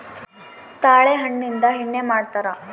ತಾಳೆ ಹಣ್ಣಿಂದ ಎಣ್ಣೆ ಮಾಡ್ತರಾ